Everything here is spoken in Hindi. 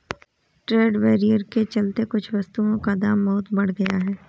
ट्रेड बैरियर के चलते कुछ वस्तुओं का दाम बहुत बढ़ गया है